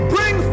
Bring